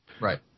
right